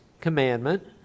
commandment